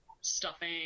stuffing